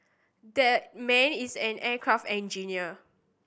that man is an aircraft engineer